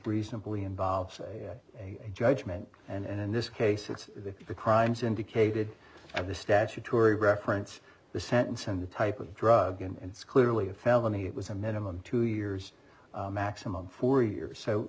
reasonably involves a judgment and in this case it's the crimes indicated of the statutory preference the sentence and the type of drug and it's clearly a felony it was a minimum two years maximum four years so